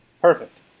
Perfect